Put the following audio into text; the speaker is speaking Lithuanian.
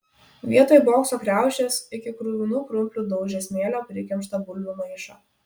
vietoj bokso kriaušės iki kruvinų krumplių daužė smėlio prikimštą bulvių maišą